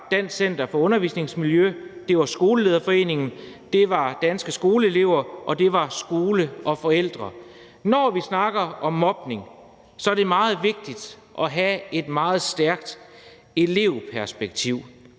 Dansk Center for Undervisningsmiljø, det var Skolelederforeningen, det var Danske Skoleelever, og det var Skole og Forældre. Når vi snakker om mobning, er det meget vigtigt at have et meget stærkt elevperspektiv,